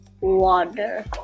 water